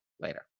later